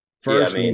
First